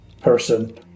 person